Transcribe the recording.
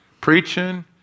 preaching